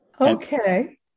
Okay